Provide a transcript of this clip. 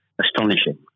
astonishing